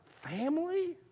family